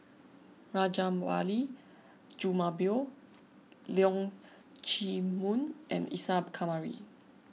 Rajabali Jumabhoy Leong Chee Mun and Isa Kamari